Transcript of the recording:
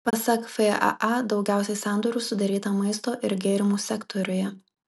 pasak faa daugiausiai sandorių sudaryta maisto ir gėrimų sektoriuje